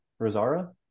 Rosara